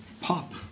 pop